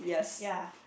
ya